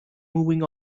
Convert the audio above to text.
moving